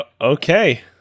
okay